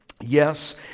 Yes